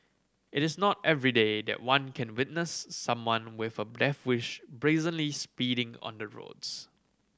it is not everyday that one can witness someone with a bless wish brazenly speeding on the roads